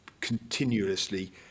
continuously